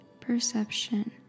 perception